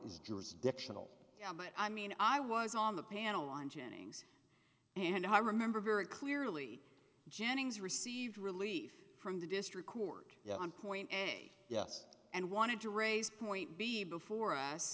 is jurisdictional i mean i was on the panel on jennings and i remember very clearly jennings received relief from the district court on point a yes and wanted to raise point b before us